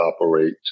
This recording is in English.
operate